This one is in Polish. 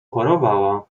chorowała